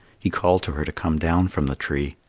he called to her to come down from the tree.